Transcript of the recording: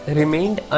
remained